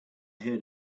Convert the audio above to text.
heard